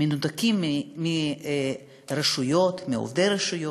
מנותקים מהרשויות, מעובדי הרשויות.